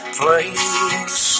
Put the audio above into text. place